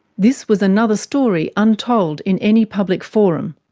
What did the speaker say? this was another story untold in any public forum,